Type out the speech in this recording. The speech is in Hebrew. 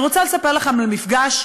אני רוצה לספר לכם על מפגש,